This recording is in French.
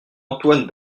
antoine